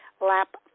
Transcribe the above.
lap